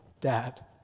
Dad